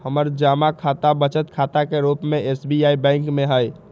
हमर जमा खता बचत खता के रूप में एस.बी.आई बैंक में हइ